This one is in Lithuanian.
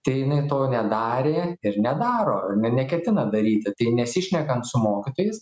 tai jinai to nedarė ir nedaro ar ne neketina daryti tai nesišnekant su mokytojais